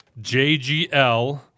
JGL